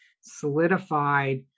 solidified